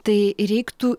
tai reiktų